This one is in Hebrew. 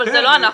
אבל זה לא אנחנו.